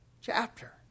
chapter